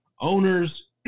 owners